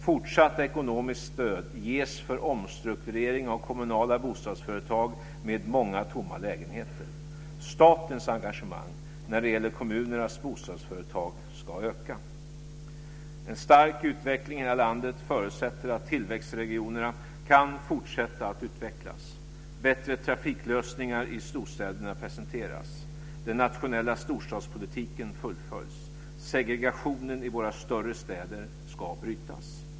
Fortsatt ekonomiskt stöd ges för omstrukturering av kommunala bostadsföretag med många tomma lägenheter. Statens engagemang när det gäller kommunernas bostadsföretag ska öka. En stark utveckling i hela landet förutsätter att tillväxtregionerna kan fortsätta att utvecklas. Bättre trafiklösningar i storstäderna presenteras. Den nationella storstadspolitiken fullföljs. Segregationen i våra större städer ska brytas.